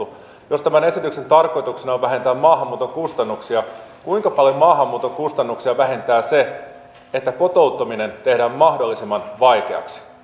jos tämän esityksen tarkoituksena on vähentää maahanmuuton kustannuksia kuinka paljon maahanmuuton kustannuksia vähentää se että kotouttaminen tehdään mahdollisimman vaikeaksi